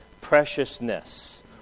preciousness